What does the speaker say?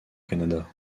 canada